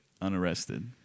unarrested